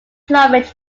plumage